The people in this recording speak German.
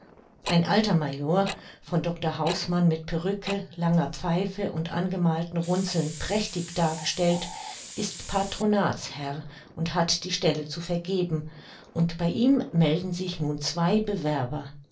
ein alter major von dr hausmann mit perücke langer pfeife und angemalten runzeln prächtig dargestellt ist patronatsherr und hat die stelle zu vergeben und bei ihm melden sich nun zwei bewerber